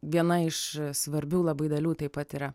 viena iš svarbių labai dalių taip pat yra